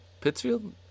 Pittsfield